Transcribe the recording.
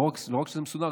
לא רק שזה מסודר,